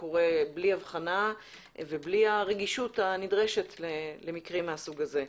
זה קורה בלי הבחנה ובלי הרגישות הנדרשת למקרים מסוג זה.